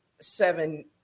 seven